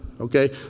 okay